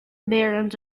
barons